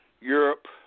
Europe